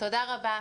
תודה רבה.